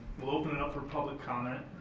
we'll open it up for public comment.